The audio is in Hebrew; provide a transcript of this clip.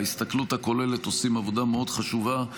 בהסתכלות הכוללת עושים עבודה מאוד חשובה,